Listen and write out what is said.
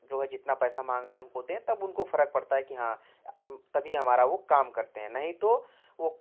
वो जितना पैसा मांग रहे हैं उनको दें तब उनको फरक पड़ता है कि हाँ तभी हमारा वह काम करते हैं नहीं तो वो